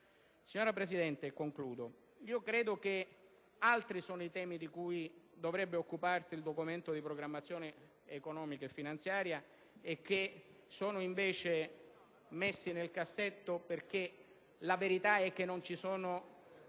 Signora Presidente, credo che altri siano i temi di cui dovrebbe occuparsi il Documento di programmazione economico-finanziaria, che sono invece messi nel cassetto perché la verità è che non ci sono